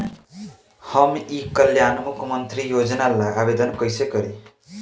हम ई कल्याण मुख्य्मंत्री योजना ला आवेदन कईसे करी?